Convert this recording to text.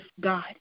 God